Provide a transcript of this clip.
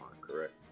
correct